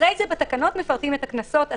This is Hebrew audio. אחרי כן בתקנות מפרטים את הקנסות.